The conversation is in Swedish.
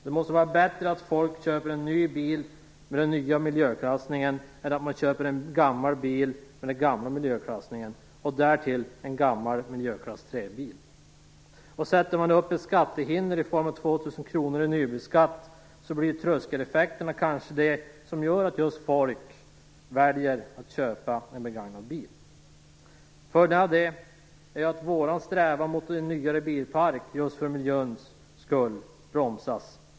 Det måste vara bättre att folk köper en ny bil med den nya miljöklassningen än att man köper en gammal bil med den gamla miljöklassningen, därtill en gammal miljöklass 3-bil. Sätter man upp ett skattehinder i form av 2 000 kr i nybilsskatt blir kanske tröskeleffekterna det som gör att folk väljer att köpa en begagnad bil. Följden av det blir att vår strävan mot en nyare bilpark, för miljöns skull, bromsas.